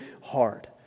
hard